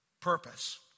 purpose